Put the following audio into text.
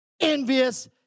envious